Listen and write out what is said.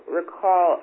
recall